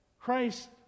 christ